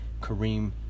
Kareem